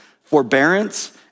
forbearance